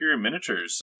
Miniatures